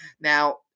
Now